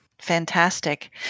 Fantastic